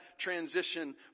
transition